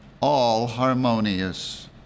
all-harmonious